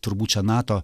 turbūt čia nato